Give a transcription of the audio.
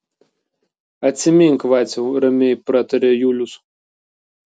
atsimink vaciau ramiai prataria julius